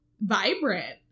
vibrant